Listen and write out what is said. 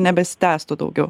nebesitęstų daugiau